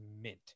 mint